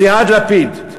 סיעת לפיד.